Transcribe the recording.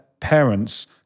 parents